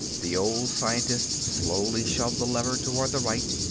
the old scientist slowly shoved the lever toward the right,